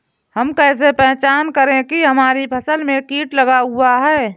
हम कैसे पहचान करेंगे की हमारी फसल में कीट लगा हुआ है?